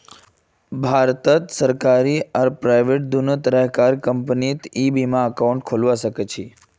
भारतत सरकारी आर प्राइवेट दोनों तरह कार बीमा कंपनीत ई बीमा एकाउंट खोलवा सखछी